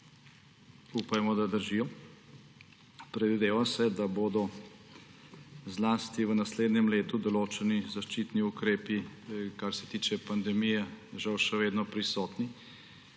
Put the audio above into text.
Upajmo, da držijo. Predvideva se, da bodo zlasti v naslednjem letu določeni zaščitni ukrepi kar se tiče pandemije žal še vedno prisotni